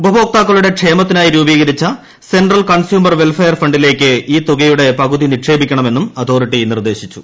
ഉപഭോക്താക്കളുടെ ക്ഷേമത്തിനായി രൂപീകരിച്ച സെൻട്രൽ കൺസ്യൂമർ വെൽഫയർ ഫണ്ടിലേക്ക് ഈ തുകയുടെ പകുതി നിക്ഷേപിക്കണമെന്നും അതോറിട്ടി നിർദ്ദേശിച്ചു